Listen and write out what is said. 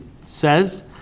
says